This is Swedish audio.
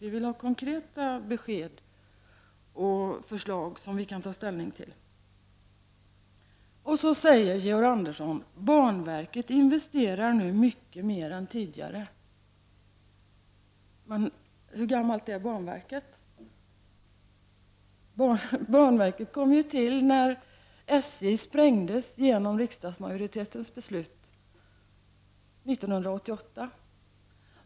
Vi vill ha konkreta besked och förslag som vi kan ta ställning till. Så säger Georg Andersson att banverket investerar nu mycket mer än tidigare. Hur gammalt är banverket? Banverket kom ju till när SJ sprängdes genom riksdagsmajoritetens beslut 1988.